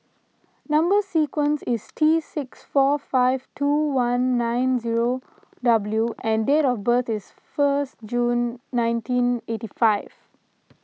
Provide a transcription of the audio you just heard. Number Sequence is T six four five two one nine zero W and date of birth is first June nineteen eighty five